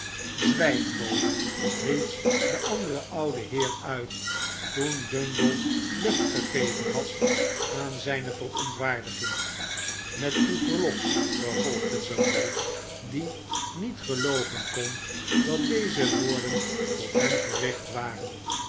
zwijg bode riep de andere oude heer uit toen bumble lucht gegeven had aan zijne verontwaardiging met uw verlof vervolgde bumble die niet gelooven kon dat deze woorden tot hem gericht waren